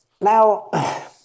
Now